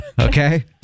Okay